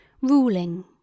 ruling